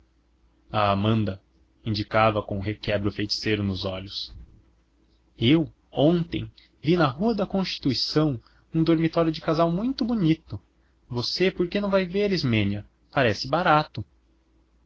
a armanda indicava com um requebro feiticeiro nos olhos eu ontem vi na rua da constituição um dormitório de casal muito bonito você por que não vai ver ismênia parece barato